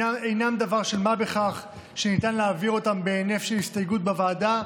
אינם דבר של מה בכך שניתן להעביר אותו בהינף של הסתייגות בוועדה,